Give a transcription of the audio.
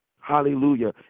Hallelujah